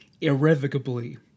irrevocably